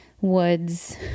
woods